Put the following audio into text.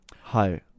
Hi